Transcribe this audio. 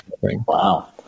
Wow